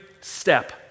step